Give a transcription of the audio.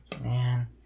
man